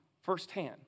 firsthand